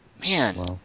Man